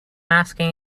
asking